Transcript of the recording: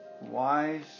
wise